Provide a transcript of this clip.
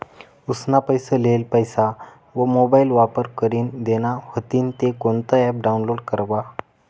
उसना लेयेल पैसा मोबाईल वापर करीन देना व्हतीन ते कोणतं ॲप डाऊनलोड करवा?